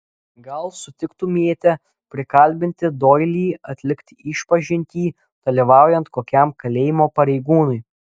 gal sutiktumėte prikalbinti doilį atlikti išpažintį dalyvaujant kokiam kalėjimo pareigūnui